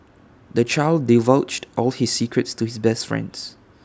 the child divulged all his secrets to his best friends